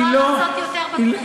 והיא יכולה לעשות יותר בתחום הזה.